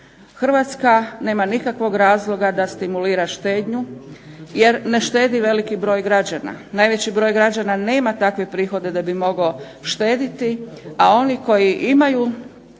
Hrvatska nema nikakvog razloga da stimulira štednju jer ne štedi veliki broj građana. Najveći broj građana nema takve prihode da bi mogao štediti, a oni koji imaju